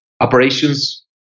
operations